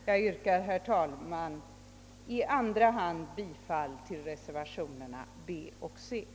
Jag yrkar, herr talman, i andra hand bifall till reservationerna under B och C.